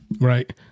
Right